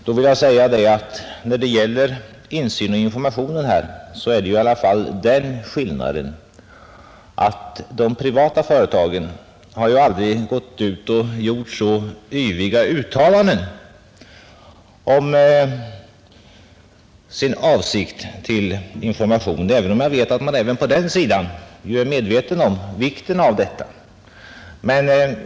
Då vill jag säga att när det gäller insyn och information råder i alla fall den skillnaden att privata företag aldrig gör så yviga uttalanden om sin avsikt att informera, även om jag vet att man också på den sidan är medveten om vikten av information.